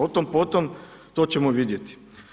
O tom potom, to ćemo vidjeti.